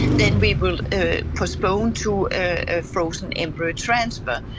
then we will postpone to ah frozen embryo transfer.